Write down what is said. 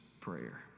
prayer